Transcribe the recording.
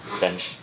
bench